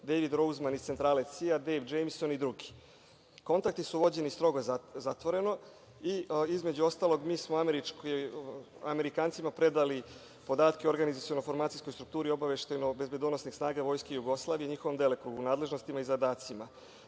Dejvid Rouzman iz centrale CIA, Dejv DŽejmson i drugi. Kontakti su vođeni strogo zatvoreno i, između ostalog, mi smo Amerikancima predali podatke o organizaciono-formacijskoj strukturi obaveštajno-bezbedonosnih snaga Vojske Jugoslavije i njihovom delokrugu, nadležnostima i zadacima.